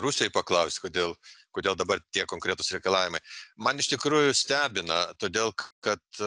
rusijai paklaust kodėl kodėl dabar tie konkretūs reikalavimai man iš tikrųjų stebina todėl kad